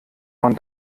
von